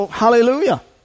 hallelujah